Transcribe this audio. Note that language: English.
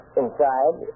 inside